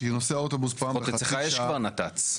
לפחות אצלך יש כבר נת"צ.